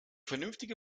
vernünftige